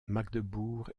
magdebourg